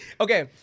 Okay